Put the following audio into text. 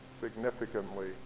significantly